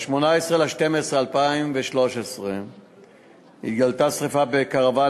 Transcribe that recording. ב-18 בדצמבר 2013 התגלתה שריפה בקרוון